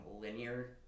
linear